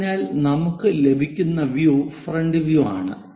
അതിനാൽ നമുക്ക് ലഭിക്കുന്ന വ്യൂ ഫ്രണ്ട് വ്യൂ ആണ്